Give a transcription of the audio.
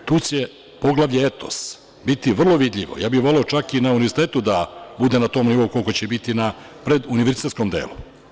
Tu će Poglavlje Etos biti vrlo vidljivo, ja bih voleo čak i na univerzitetu da bude na tom nivou koliko će biti na preduniverzitetskom delu.